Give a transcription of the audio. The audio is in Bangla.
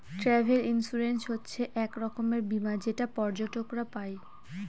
ট্রাভেল ইন্সুরেন্স হচ্ছে এক রকমের বীমা যেটা পর্যটকরা পাই